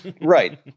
Right